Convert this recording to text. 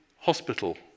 hospital